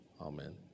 Amen